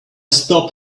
stop